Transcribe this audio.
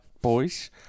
boys